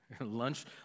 Lunch